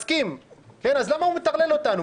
מסכים, אז למה הוא מטרלל אותנו?